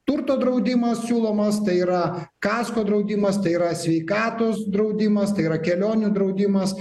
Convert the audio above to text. turto draudimas siūlomas tai yra kasko draudimas tai yra sveikatos draudimas tai yra kelionių draudimas